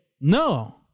No